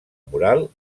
mural